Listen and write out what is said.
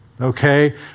okay